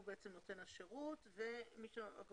נותן השירות הוא פקיד ההסדר.